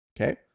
Okay